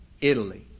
Italy